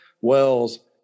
Wells